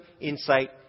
insight